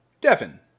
Devin